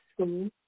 School